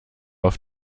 auf